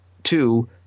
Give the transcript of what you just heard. Two